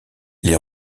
les